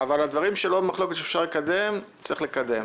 אבל דברים שהם לא במחלוקת ואפשר לקדם, צריך לקדם.